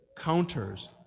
counters